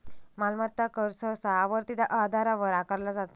मालमत्ता कर सहसा आवर्ती आधारावर आकारला जाता